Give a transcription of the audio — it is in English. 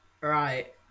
right